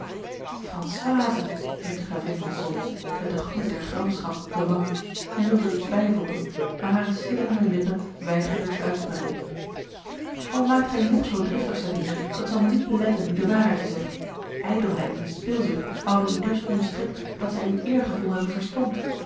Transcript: françoise riep de gravin van solms met den gloed der gramschap op de wangen en wilde er iets bijvoegen maar hare sidderende lippen weigerden het uit te brengen al maakt gij u nog zoo driftig sabina dat zal mij niet beletten u de waarheid te zeggen ijdelheid en spilzucht houden u dus omstrikt dat zij uw eergevoel hebben verstompt